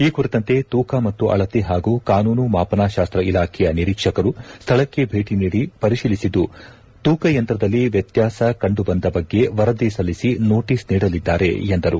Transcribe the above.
ಈ ಕುರಿತಂತೆ ತೂಕ ಮತ್ತು ಅಳತೆ ಹಾಗೂ ಕಾನೂನು ಮಾಪನಾಶಾಸ್ತ್ರ ಇಲಾಖೆಯ ನಿರೀಕ್ಷಕರು ಸ್ಥಳಕ್ಕೆ ಭೇಟಿ ನೀಡಿ ಪರಿಶೀಲಿಸಿದ್ದು ತೂಕ ಯಂತ್ರದಲ್ಲಿ ವ್ಯತ್ಕಾಸ ಕಂಡು ಬಂದ ಬಗ್ಗೆ ವರದಿ ಸಲ್ಲಿಸಿ ನೊಟೀಸ್ ನೀಡಲಿದ್ದಾರೆ ಎಂದರು